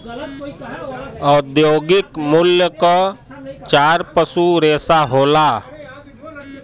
औद्योगिक मूल्य क चार पसू रेसा होला